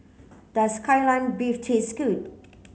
does Kai Lan beef taste good